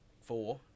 four